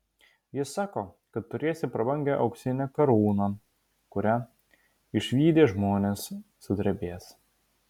jis sako kad turėsi prabangią auksinę karūną kurią išvydę žmonės sudrebės